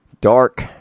Dark